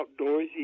outdoorsy